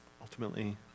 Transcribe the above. ultimately